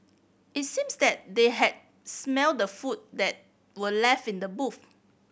it seems that they had smelt the food that were left in the boot